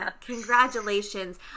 Congratulations